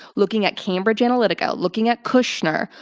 looking at cambridge analytica, looking at kushner,